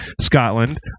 Scotland